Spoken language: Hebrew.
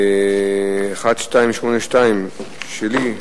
1282, שלי,